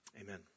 Amen